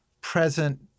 present